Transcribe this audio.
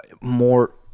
more